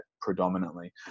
predominantly